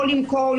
לא למכור,